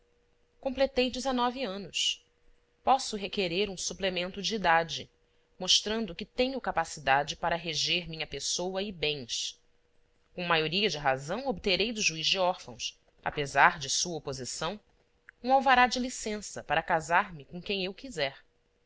completei dezenove anos posso requerer um suplemento de idade mostrando que tenho capacidade para reger minha pessoa e bens com maioria de razão obterei do juiz de órfãos apesar de sua oposição um alvará de licença para casar-me com quem eu quiser